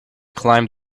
climbed